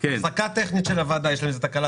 עבודה לכנסת ה-24.